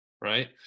right